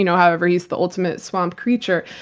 you know however, he's the ultimate swamp creature.